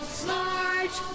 smart